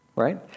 right